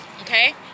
okay